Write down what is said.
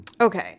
Okay